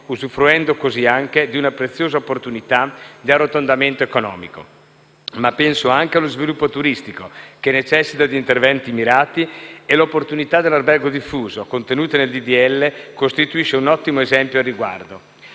usufruendo così anche di una preziosa opportunità di arrotondamento economico. Ma penso anche allo sviluppo turistico, che necessita di interventi mirati, e l'opportunità dell'albergo diffuso, contenuta nel disegno di legge, costituisce un ottimo esempio al riguardo.